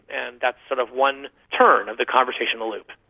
and that's sort of one turn of the conversational loop.